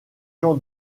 jean